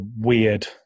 weird